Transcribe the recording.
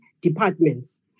departments